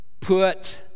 Put